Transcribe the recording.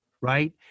right